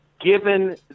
given